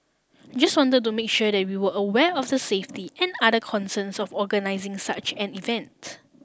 just want to make sure that we were aware of the safety and other concerns of organising such an event